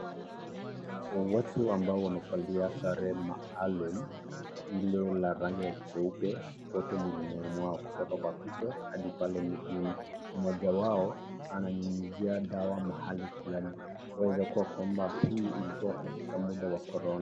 Watu ambao wamevalia sare ya maalum ile ya rangi jeupe kote mwilini mwao, kutoka kwa kichwa hadi pale miguuni, mmoja wao ananyunyuzi dawa mahali fulani waweza kua hii ilikua katika muda wa corona.